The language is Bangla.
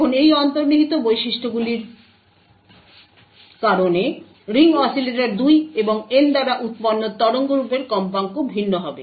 এবং এই অন্তর্নিহিত বৈশিষ্ট্যগুলির কারণে রিং অসিলেটর 2 এবং N দ্বারা উত্পন্ন তরঙ্গরূপের কম্পাঙ্ক ভিন্ন হবে